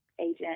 agent